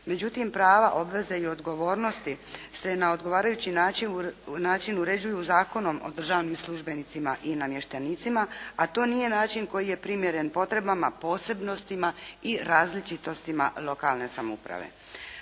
Međutim prava, obveze i odgovornosti se na odgovarajući način uređuju Zakonom o državnim službenicima i namještenicima a to nije način koji je primjeren potrebama, posebnostima i različitostima lokalne samouprave.